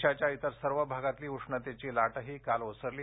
देशाच्या तिर सर्व भागातली उष्णतेची लाटही काल ओसरली